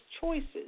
choices